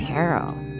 Tarot